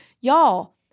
Y'all